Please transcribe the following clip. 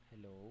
Hello